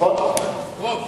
רוב